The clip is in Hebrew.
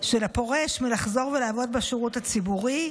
של הפורש מלחזור ולעבוד בשירות הציבורי,